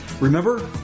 Remember